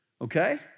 Okay